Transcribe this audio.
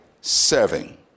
serving